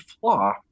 flaw